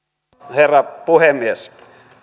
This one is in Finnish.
herra puhemies